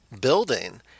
building